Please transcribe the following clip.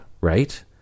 right